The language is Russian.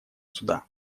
суда